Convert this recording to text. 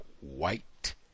white